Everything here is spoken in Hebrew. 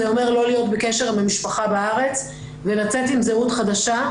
זה אומר לא להיות בקשר עם המשפחה בארץ ולצאת עם זהות חדשה,